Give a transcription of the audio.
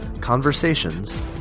conversations